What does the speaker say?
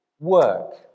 Work